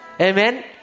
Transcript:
Amen